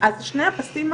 גופני ונפשי,